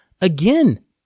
Again